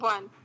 One